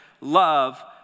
love